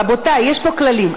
רבותי, יש פה כללים.